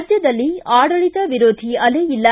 ರಾಜ್ಯದಲ್ಲಿ ಆಡಳಿತ ವಿರೋಧಿ ಅಲೆ ಇಲ್ಲ